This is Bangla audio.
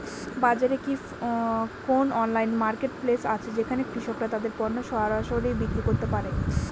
বাজারে কি কোন অনলাইন মার্কেটপ্লেস আছে যেখানে কৃষকরা তাদের পণ্য সরাসরি বিক্রি করতে পারে?